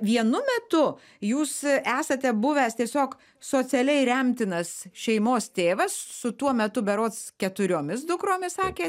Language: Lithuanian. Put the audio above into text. vienu metu jūs esate buvęs tiesiog socialiai remtinas šeimos tėvas su tuo metu berods keturiomis dukromis sakė